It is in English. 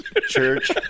Church